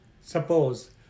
suppose